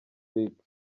lick